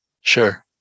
Sure